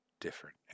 different